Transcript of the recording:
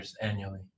annually